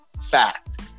fact